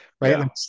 Right